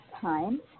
time